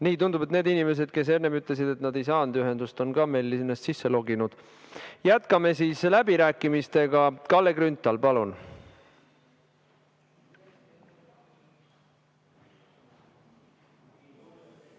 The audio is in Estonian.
Nii. Tundub, et need inimesed, kes enne ütlesid, et nad ei saanud ühendust, on meil ennast sisse loginud. Jätkame läbirääkimisi. Kalle Grünthal, palun! Nii.